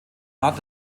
art